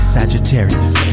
Sagittarius